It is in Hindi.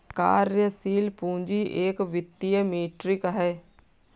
कार्यशील पूंजी एक वित्तीय मीट्रिक है